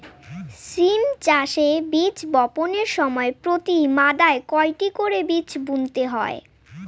সিম চাষে বীজ বপনের সময় প্রতি মাদায় কয়টি করে বীজ বুনতে হয়?